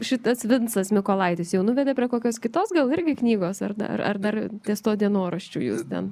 šitas vincas mykolaitis jau nuvedė prie kokios kitos gal irgi knygos ar ar dar ties tuo dienoraščiu jūs ten